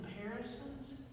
comparisons